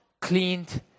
cleaned